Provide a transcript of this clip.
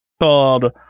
called